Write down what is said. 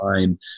time